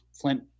Flint